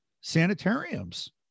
sanitariums